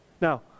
Now